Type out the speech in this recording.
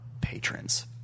patrons